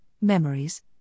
Memories